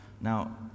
now